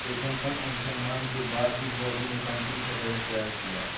लेखांकन अनुसंधान के बाद ही बॉबी ने कंपनी का बजट तैयार किया